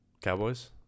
Cowboys